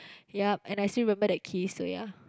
yup and I still remember the kiss so ya